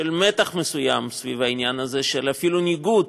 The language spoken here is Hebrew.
של מתח מסוים סביב העניין הזה, ואפילו ניגוד